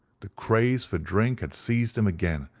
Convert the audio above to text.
the craze for drink had seized him again,